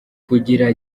kugira